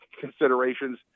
considerations